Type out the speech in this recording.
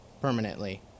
permanently